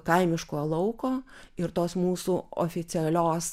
kaimiško lauko ir tos mūsų oficialios